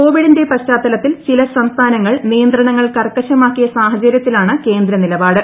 കോവിഡിന്റെ പശ്ചാത്തലത്തിൽ ചില സം സ്ഥാനങ്ങൾ നിയന്ത്രണങ്ങൾ കർക്കശമാക്കിയ സാഹചര്യത്തിലാണ് കേന്ദ്ര നിലപാട്